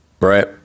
right